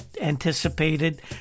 anticipated